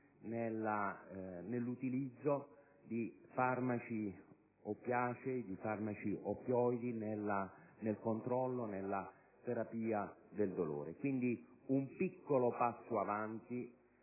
nell'utilizzo di farmaci oppiacei e oppioidi nel controllo e nella terapia del dolore. Quindi, è un piccolo passo avanti